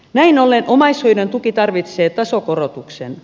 näin ollen omaishoidon tuki tarvitsee tasokorotuksen